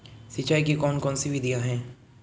सिंचाई की कौन कौन सी विधियां हैं?